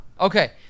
Okay